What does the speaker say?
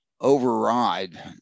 override